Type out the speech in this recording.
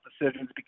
decisions